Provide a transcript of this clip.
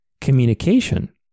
Communication